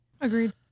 Agreed